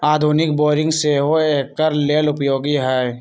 आधुनिक बोरिंग सेहो एकर लेल उपयोगी है